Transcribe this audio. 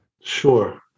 Sure